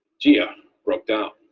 gia ah broke down.